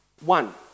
One